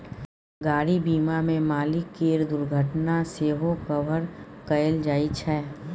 गाड़ी बीमा मे मालिक केर दुर्घटना सेहो कभर कएल जाइ छै